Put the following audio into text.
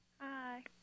Hi